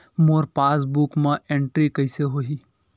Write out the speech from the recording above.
मोर passbook मा entry कइसे होही?